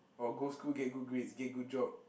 oh go school get good grades get good job